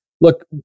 Look